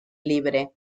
libre